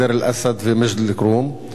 דיר-אל-אסד ומג'ד-אל-כרום.